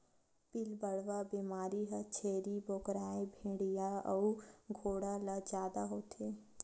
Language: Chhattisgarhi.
पिलबढ़वा बेमारी ह छेरी बोकराए भेड़िया अउ घोड़ा ल जादा होथे